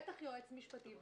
בטח יועץ משפטי,